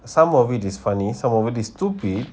some of it is funny some over it is stupid